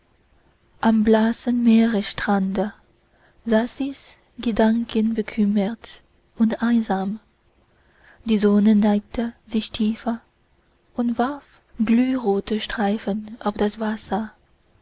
am blassen meeresstrande saß ich gedankenbekümmert und einsam die sonne neigte sich tiefer und warf glührote streifen auf das wasser